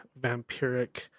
vampiric